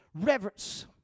reverence